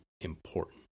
important